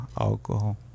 alcohol